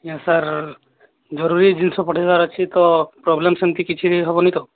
ନା ସାର୍ ଜରୁରୀ ଜିନିଷ ପଠେଇବାର ଅଛି ତ ପ୍ରୋବ୍ଲେମ୍ ସେମିତି କିଛି ବି ହେବନି ତ